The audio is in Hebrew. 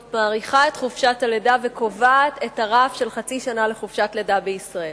מאריכה את חופשת הלידה וקובעת את הרף של חצי שנה לחופשת לידה בישראל.